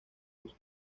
los